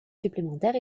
supplémentaire